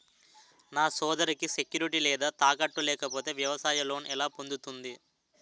నా సోదరికి సెక్యూరిటీ లేదా తాకట్టు లేకపోతే వ్యవసాయ లోన్ ఎలా పొందుతుంది?